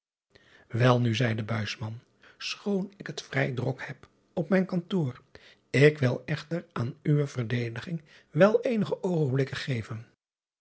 elnu zeide schoon ik het vrij drok heb op mijn kantoor ik wil echter aan uwe verdediging wel eenige oogenblikken geven